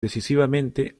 decisivamente